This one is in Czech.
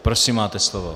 Prosím, máte slovo.